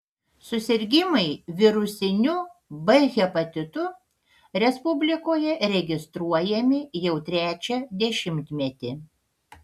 susirgimai virusiniu b hepatitu respublikoje registruojami jau trečią dešimtmetį